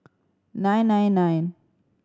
nine nine nine